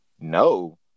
no